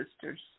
sisters